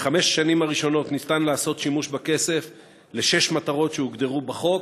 בחמש השנים הראשונות ניתן לעשות שימוש בכסף לשש מטרות שהוגדרו בחוק,